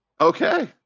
Okay